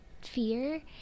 fear